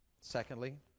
Secondly